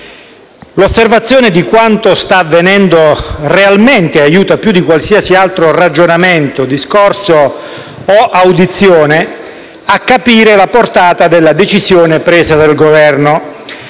L'osservazione di quanto sta avvenendo realmente aiuta più di qualsiasi altro ragionamento, discorso o audizione a capire la portata della decisione presa dal Governo.